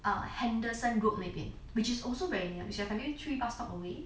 ah henderson road 那边 which is also very near which three bus stops away